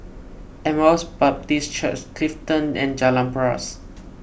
Emmaus Baptist Church Clifton and Jalan Paras